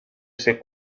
ese